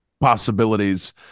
possibilities